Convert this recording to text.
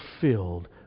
filled